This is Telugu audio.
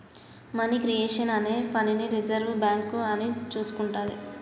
మనీ క్రియేషన్ అనే పనిని రిజర్వు బ్యేంకు అని చూసుకుంటాది